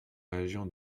région